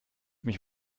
mich